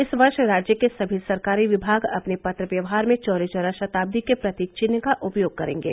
इस वर्ष राज्य के सभी सरकारी विभाग अपने पत्र व्यवहार में चौरी चौरा शताब्दी के प्रतीक चिन्ह का उपयोग करेंगे